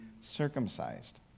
circumcised